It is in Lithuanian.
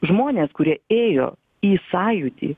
žmonės kurie ėjo į sąjūdį